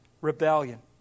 Rebellion